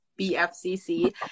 BFCC